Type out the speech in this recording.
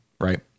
right